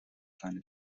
kleine